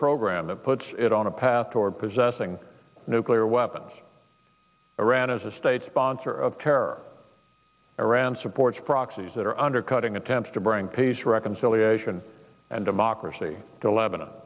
program that puts it on a path toward possessing nuclear weapons iran is a state sponsor of terror iran supports proxies that are undercutting attempts to bring peace reconciliation and democracy to lebanon